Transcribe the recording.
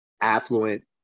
affluent